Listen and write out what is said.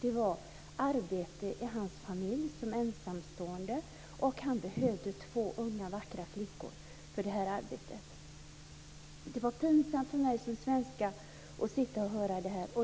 var arbete i hans familj. Han var ensamstående och behövde två vackra flickor för detta arbete. Det var pinsamt för mig som svenska att åhöra det här samtalet.